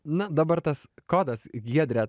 na dabar tas kodas giedrė